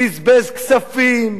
בזבז כספים,